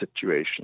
situation